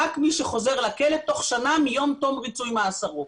רק מי שחוזר לכלא תוך שנה מיום תום ריצוי מאסרו.